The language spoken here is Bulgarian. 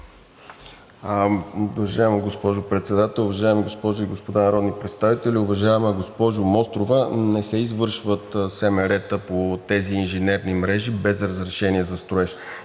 Уважаема госпожо Председател, уважаеми госпожи и господа народни представители! Уважаема госпожо Мострова, не се извършват строително-монтажни работи по тези инженерни мрежи без разрешение за строеж.